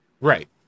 Right